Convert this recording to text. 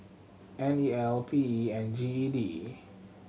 N E L P E and G E D